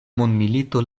mondmilito